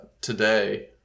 Today